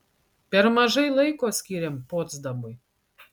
per mažai laiko skyrėm potsdamui